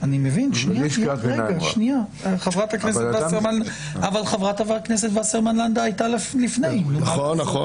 חברת הכנסת וסרמן לנדה, בבקשה.